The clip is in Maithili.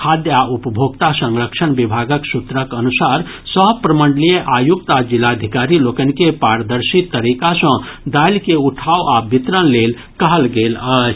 खाद्य आ उपभोक्ता संरक्षण विभागक सूत्रक अनुसार सभ प्रमंडीलय आयुक्त आ जिलाधिकारी लोकनि के पारदर्शी तरीका सँ दालि के उठाव आ वितरण लेल कहल गेल अछि